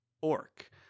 Orc